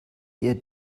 der